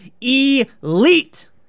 elite